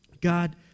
God